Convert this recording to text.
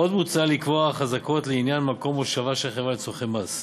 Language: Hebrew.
עוד מוצע לקבוע חזקות לעניין מקום מושבה של חברה לצורכי מס.